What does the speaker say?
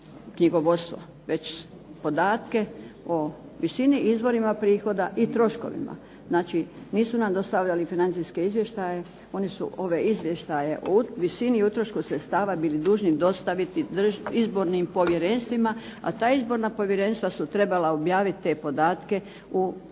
knjigovodstvo već podatke o visini i izvorima prihoda i troškovima. Znači, nisu nam dostavljali financijske izvještaje. Oni su ove izvještaje o visini i utrošku sredstava bili dužni dostaviti izbornim povjerenstvima, a ta izborna povjerenstva su trebala objaviti te podatke u